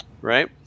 Right